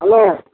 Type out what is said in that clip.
hello